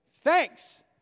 Thanks